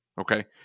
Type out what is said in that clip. Okay